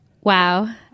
Wow